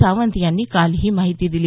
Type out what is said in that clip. सावंत यांनी काल ही माहिती दिली